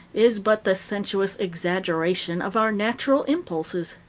is but the sensuous exaggeration of our natural impulses.